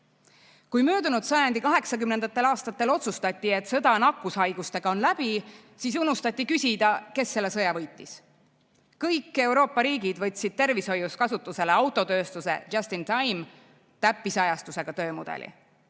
möödunud sajandi kaheksakümnendatel aastatel otsustati, et sõda nakkushaigustega on läbi, siis unustati küsida, kes selle sõja võitis. Kõik Euroopa riigid võtsid tervishoius kasutusele autotööstusejust in timetäppisajastusega töömudeli.